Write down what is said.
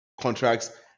contracts